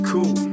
Cool